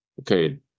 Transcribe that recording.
okay